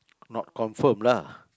not confirm lah